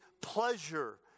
pleasure